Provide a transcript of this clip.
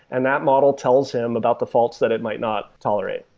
and that model tells him about the faults that it might not tolerate.